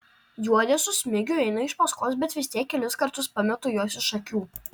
juodė su smigiu eina iš paskos bet vis tiek kelis kartus pametu juos iš akių